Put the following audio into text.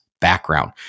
background